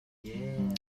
laimi